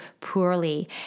poorly